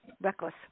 Reckless